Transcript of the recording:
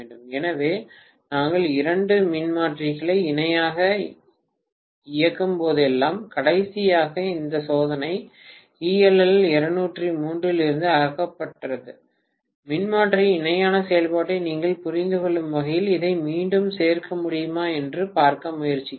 எனவே நாங்கள் இரண்டு மின்மாற்றிகளை இணையாக இயக்கும்போதெல்லாம் கடைசியாக இந்த சோதனை ELL203 இலிருந்து அகற்றப்பட்டது மின்மாற்றியின் இணையான செயல்பாட்டை நீங்கள் புரிந்துகொள்ளும் வகையில் இதை மீண்டும் சேர்க்க முடியுமா என்று பார்க்க முயற்சிக்கிறேன்